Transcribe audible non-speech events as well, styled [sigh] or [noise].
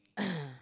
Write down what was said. [coughs]